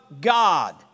God